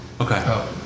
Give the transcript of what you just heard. Okay